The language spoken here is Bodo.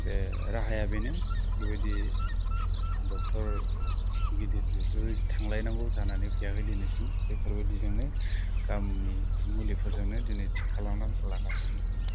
बे राहाया बेनो बेफोर बायदि डक्ट'र गिदिर बेफोर बायदि थांलायनांगौ जानानै फैयाखै दिनैसिम बेफोर बायदिजोंनो गामिनि मुलिफोरजोंनो दिनै थिग खालामना लागासिनो